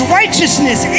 righteousness